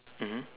mmhmm